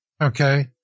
Okay